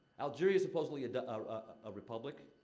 algeria's supposedly a a republic.